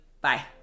Bye